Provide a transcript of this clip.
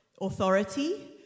authority